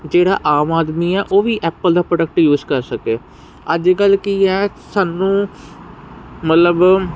ਜਿਹੜਾ ਆਮ ਆਦਮੀ ਆ ਉਹ ਵੀ ਐਪਲ ਦਾ ਪ੍ਰੋਡਕਟ ਯੂਜ ਕਰ ਸਕੇ ਅੱਜ ਕੱਲ ਕੀ ਹੈ ਸਾਨੂੰ ਮਤਲਬ